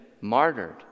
martyred